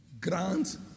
grants